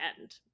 end